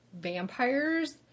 vampires